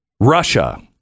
Russia